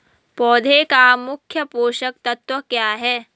पौधें का मुख्य पोषक तत्व क्या है?